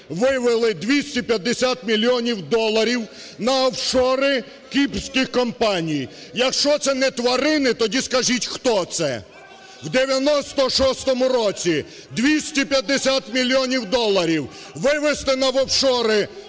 вивели 250 мільйонів доларів на офшори кіпрських компаній. Якщо це не тварини, тоді скажіть, хто це. (Шум у залі) У 1996 році 250 мільйонів доларів вивезти на офшори